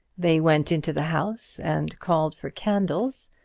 they went into the house, and called for candles,